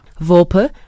Volpe